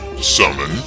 Summon